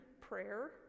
prayer